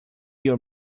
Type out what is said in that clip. you